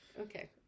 Okay